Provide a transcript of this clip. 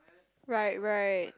right right